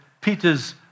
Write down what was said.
Peter's